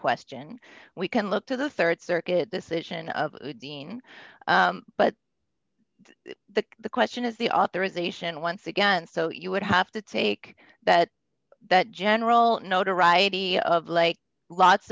question we can look to the rd circuit decision of being but the question of the authorization once again so you would have to take that that general notoriety of like lots